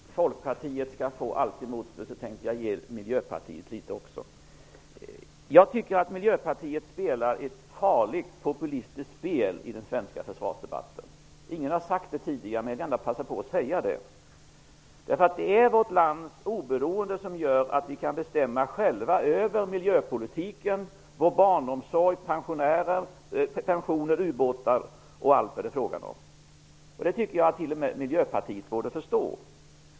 Fru talman! För att inte bara Folkpartiet skall få allt emot sig tänkte jag också ge mig på Miljöpartiet litet grand. Jag tycker att Miljöpartiet spelar ett farligt populistiskt spel i den svenska försvarsdebatten. Ingen har sagt det tidigare, men jag vill ändå passa på att säga det. Det är nämligen vårt lands oberoende som gör att vi själva kan bestämma över miljöpolitiken, barnomsorg, pensioner, ubåtar m.m. Det tycker jag att t.o.m. Miljöpartiet borde förstå.